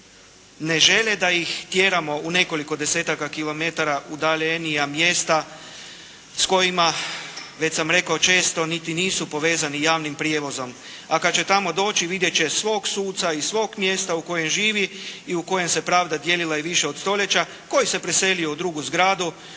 Ne žele da ih tjeramo u nekoliko desetaka kilometara u udaljenija mjesta, s kojima, već sam rekao često niti nisu povezani javnim prijevozom. A kada će tamo doći, vidjeti će svog suca iz svog mjesta u kojem živi i u kojem se pravda dijelila i više od stolječa, koji se preselio u drugu zgradu,